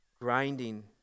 grinding